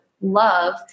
love